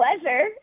pleasure